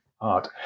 art